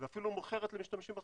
ואפילו מוכרת למשתמשים אחרים.